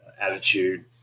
attitude